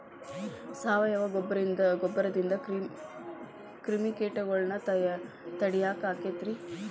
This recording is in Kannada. ಸಾವಯವ ಗೊಬ್ಬರದಿಂದ ಕ್ರಿಮಿಕೇಟಗೊಳ್ನ ತಡಿಯಾಕ ಆಕ್ಕೆತಿ ರೇ?